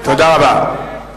תודה רבה.